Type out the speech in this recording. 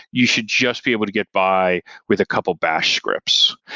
you should just be able to get by with a couple bash scripts.